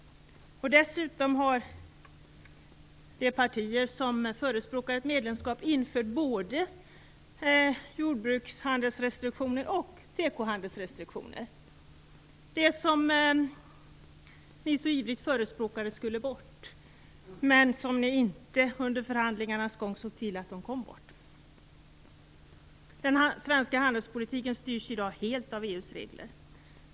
Dessutom har de partier som förespråkar medlemskap infört restriktioner både vad gäller jordbrukshandel och tekohandel. Det var detta ni så ivrigt ville ha bort, men ni såg inte under förhandlingarnas gång till att det kom bort. Den svenska handelspolitiken styrs i dag helt av EU:s regler.